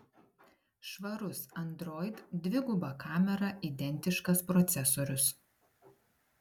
švarus android dviguba kamera identiškas procesorius